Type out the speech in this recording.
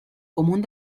común